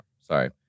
sorry